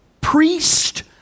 priest